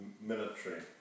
military